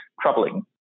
troubling